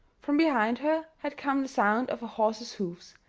from behind her had come the sound of a horse's hoofs,